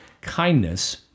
kindness